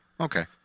Okay